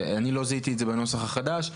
ואני לא זיהיתי את זה בנוסח החדש,